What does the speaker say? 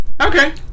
Okay